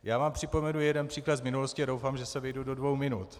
Já vám připomenu jeden příklad z minulosti a doufám, že se vejdu do dvou minut.